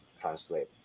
translate